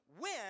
win